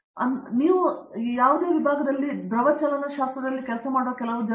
ಅರಂದಾಮ ಸಿಂಗ್ ನೀವು ಹೋಗುತ್ತಿರುವ ಯಾವುದೇ ವಿಭಾಗದಲ್ಲಿ ದ್ರವ ಚಲನಶಾಸ್ತ್ರದಲ್ಲಿ ಕೆಲಸ ಮಾಡುವ ಕೆಲವು ಜನರು